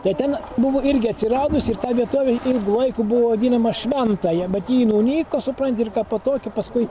tai tena buvo irgi atsiradusi ir tą vietovė ilgu laiku buvo vadinama šventaja bet ji nunyko supranti ir kaipo tokia paskui